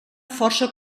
força